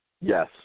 Yes